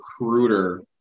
recruiter